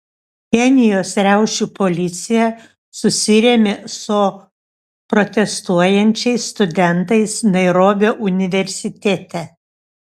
kenijos riaušių policija susirėmė su protestuojančiais studentais nairobio universitete